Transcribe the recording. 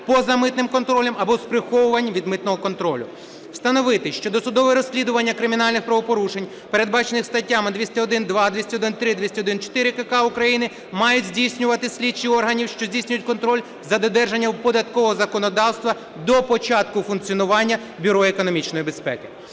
поза митним контролем або з приховуванням від митного контролю. Встановити, що досудове розслідування кримінальних правопорушень, передбачених статтями 201-2, 201-3, 201-4 КК України, мають здійснювати слідчі органів, що здійснюють контроль за додержанням податкового законодавства, до початку функціонування Бюро економічної безпеки.